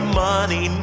money